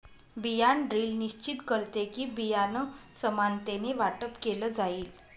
बियाण ड्रिल निश्चित करते कि, बियाणं समानतेने वाटप केलं जाईल